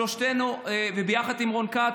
שלושתנו ביחד עם רון כץ,